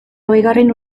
hogeigarren